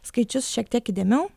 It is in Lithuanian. skaičius šiek tiek įdėmiau